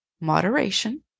moderation